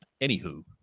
Anywho